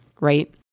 right